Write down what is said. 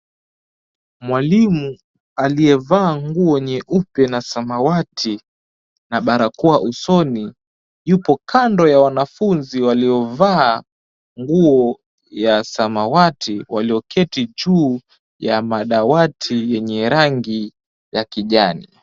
Mwalimu aliyevaa nguo nyeupe na samawati na barakoa usoni, yupo kando ya wanafunzi waliovaa nguo ya samawati, walioketi juu ya madawati yenye rangi ya kijani.